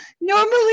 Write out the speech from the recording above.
Normally